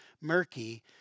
murky